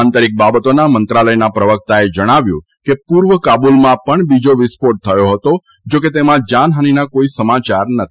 આંતરીક બાબતોના મંત્રાલયના પ્રવક્તાએ જણાવ્યું હતું કે પૂર્વ કાબુલમાં પણ બીજા વિસ્ફોટ થયો હતો જા કે તેમા જાનહાનીના કોઇ સમાચાર નથી